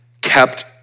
kept